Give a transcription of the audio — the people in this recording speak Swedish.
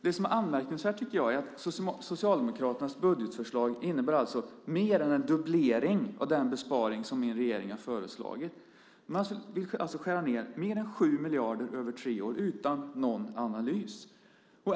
Det är anmärkningsvärt att Socialdemokraternas budgetförslag innebär mer än en dubblering av den besparing som min regering har föreslagit. Man vill alltså skära ned mer än 7 miljarder över tre år utan någon analys.